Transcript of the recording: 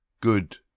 good